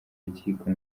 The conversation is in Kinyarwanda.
rukiko